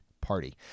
party